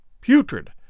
putrid